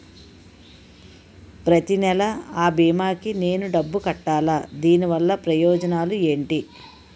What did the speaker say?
ప్రతినెల అ భీమా కి నేను డబ్బు కట్టాలా? దీనివల్ల ప్రయోజనాలు ఎంటి?